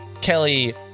Kelly